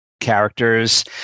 characters